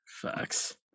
Facts